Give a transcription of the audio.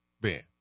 Ben